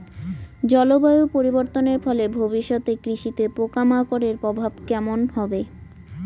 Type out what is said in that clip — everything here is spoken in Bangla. জলবায়ু পরিবর্তনের ফলে ভবিষ্যতে কৃষিতে পোকামাকড়ের প্রভাব কেমন হবে?